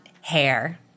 hair